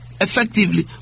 effectively